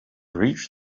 reached